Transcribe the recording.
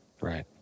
Right